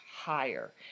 higher